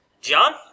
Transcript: John